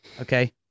okay